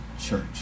church